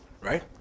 right